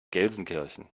gelsenkirchen